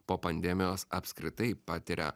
po pandemijos apskritai patiria